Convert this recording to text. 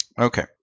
Okay